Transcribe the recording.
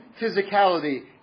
physicality